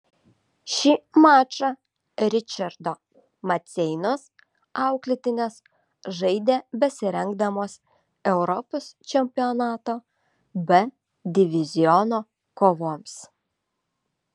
šį mačą ričardo maceinos auklėtinės žaidė besirengdamos europos čempionato b diviziono kovoms